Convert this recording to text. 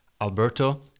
Alberto